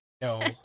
No